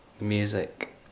music